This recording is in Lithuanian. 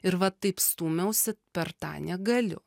ir va taip stūmiausi per tą negaliu